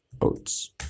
Oats